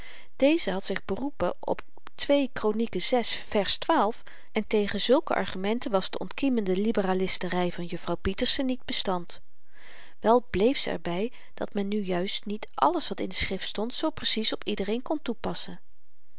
deze had zich beroepen op ii kronieken vers en tegen zulke argumenten was de ontkiemende liberalistery van juffrouw pieterse niet bestand wel bleef ze er by dat men nu juist niet alles wat in de schrift stond zoo precies op iedereen kon toepassen